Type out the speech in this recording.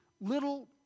little